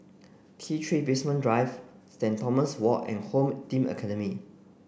T three Basement Drive Saint Thomas Walk and Home Team Academy